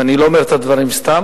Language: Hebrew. ואני לא אומר את הדברים סתם.